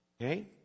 Okay